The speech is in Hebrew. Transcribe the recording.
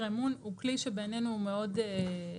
אמון הוא כלי שבעינינו הוא מאוד אפקטיבי,